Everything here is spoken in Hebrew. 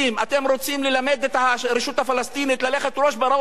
אתם רוצים ללמד את הרשות הפלסטינית ללכת ראש בראש.